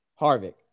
Harvick